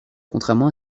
contrairement